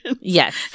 Yes